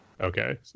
Okay